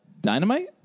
Dynamite